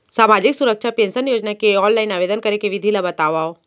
सामाजिक सुरक्षा पेंशन योजना के ऑनलाइन आवेदन करे के विधि ला बतावव